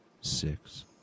six